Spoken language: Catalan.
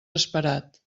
esperat